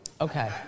Okay